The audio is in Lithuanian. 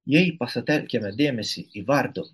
jei pasitelkiame dėmesį į vardo